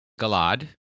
Galad